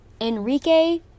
Enrique